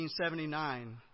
1979